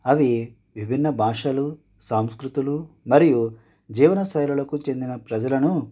అవి విభిన్న భాషలు సంస్కృతులు మరియు జీవనశైలులకు చెందిన ప్రజలను